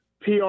PR